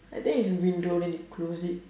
I think it's window then they close it